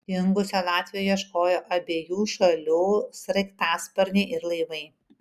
dingusio latvio ieškojo abiejų šalių sraigtasparniai ir laivai